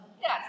yes